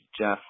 Jeff